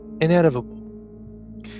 inevitable